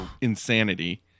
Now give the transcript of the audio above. insanity